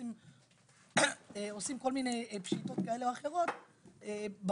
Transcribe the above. ועושים כל מיני פשיטות כאלה או אחרות במסחר.